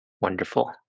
Wonderful